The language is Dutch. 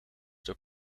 door